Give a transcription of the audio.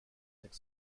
take